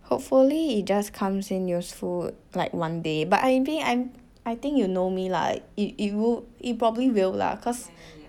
hopefully it just comes in useful like one day but I envy I I think you know me lah it it wou~ it probably will lah cause